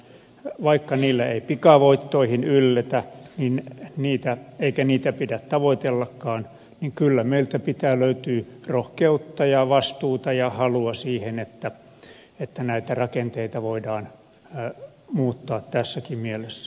vaikka niillä ei pikavoittoihin ylletä eikä niitä pidä tavoitellakaan niin kyllä meiltä pitää löytyä rohkeutta ja vastuuta ja halua siihen että näitä rakenteita voidaan muuttaa tässäkin mielessä